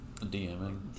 DMing